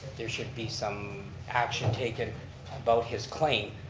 there should be some action taken about his claim,